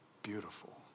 Beautiful